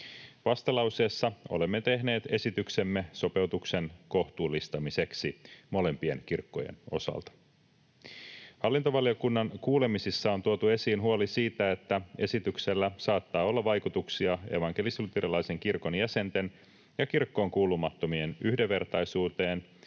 Vastalauseessa olemme tehneet esityksemme sopeutuksen kohtuullistamiseksi molempien kirkkojen osalta. Hallintovaliokunnan kuulemisissa on tuotu esiin huoli siitä, että esityksellä saattaa olla vaikutuksia evankelis-luterilaisen kirkon jäsenten ja kirkkoon kuulumattomien yhdenvertaisuuteen,